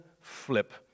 flip